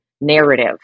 narrative